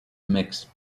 mixed